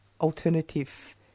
alternative